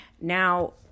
Now